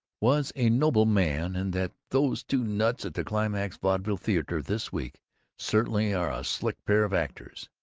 was a noble man and that those two nuts at the climax vaudeville theater this week certainly are a slick pair of actors.